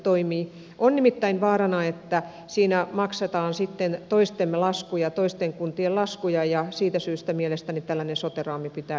on nimittäin vaarana että siinä maksetaan sitten toistemme laskuja toisten kuntien laskuja ja siitä syystä mielestäni tällainen sote raami pitää ehdottomasti tehdä